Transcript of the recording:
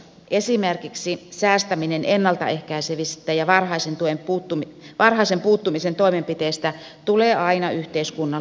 esimerkiksi säästäminen ennalta ehkäisevistä ja varhaisen puuttumisen toimenpiteistä tulee aina yhteiskunnalle kalliiksi